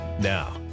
Now